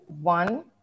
one